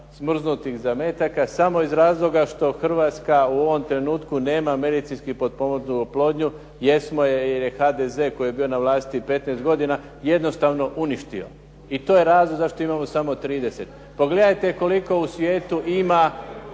smrznutih zametaka, samo iz razloga što Hrvatska ovog trenutka nema medicinski potpomognutu oplodnju, jer smo je, HDZ koji je bio na vlasti 15 godina jednostavno uništio. I to je razlog zašto imamo samo 30. Pogledajte koliko u svijetu ima